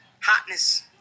hotness